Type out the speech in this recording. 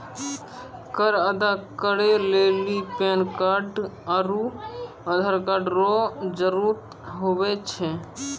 कर अदा करै लेली पैन कार्ड आरू आधार कार्ड रो जरूत हुवै छै